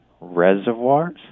reservoirs